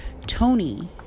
Tony